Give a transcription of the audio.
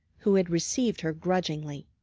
who had received her grudgingly.